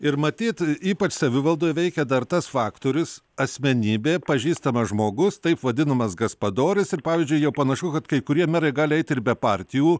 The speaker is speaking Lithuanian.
ir matyt ypač savivaldoj veikė dar tas faktorius asmenybė pažįstamas žmogus taip vadinamas gaspadorius ir pavyzdžiui jau panašu kad kai kurie merai gali eiti ir be partijų